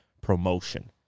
promotion